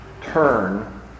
turn